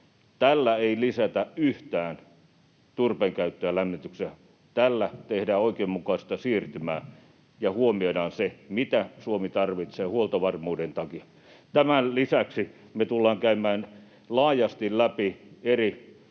Tällä ei lisätä yhtään turpeen käyttöä lämmityksessä, tällä tehdään oikeudenmukaista siirtymää ja huomioidaan se, mitä Suomi tarvitsee huoltovarmuuden takia. Tämän lisäksi me tullaan käymään laajasti läpi eri